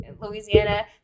Louisiana